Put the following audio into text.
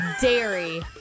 Dairy